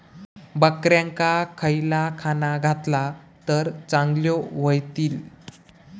बकऱ्यांका खयला खाणा घातला तर चांगल्यो व्हतील?